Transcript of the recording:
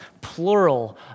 plural